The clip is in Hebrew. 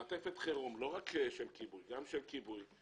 מעטפת חירום לא רק של כיבוי: גם של כיבוי,